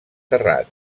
terrat